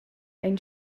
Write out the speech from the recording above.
ein